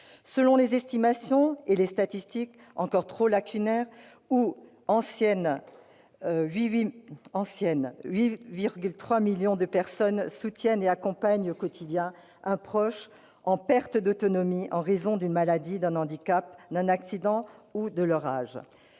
Selon les estimations et les statistiques, encore trop lacunaires ou anciennes, 8,3 millions de personnes soutiennent et accompagnent au quotidien un proche en perte d'autonomie en raison d'une maladie, d'un handicap, d'un accident ou de son âge.